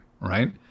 right